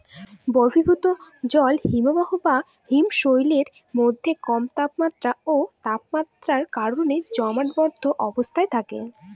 বরফীভূত জল হিমবাহ বা হিমশৈলের মধ্যে কম চাপ ও তাপমাত্রার কারণে জমাটবদ্ধ অবস্থায় থাকে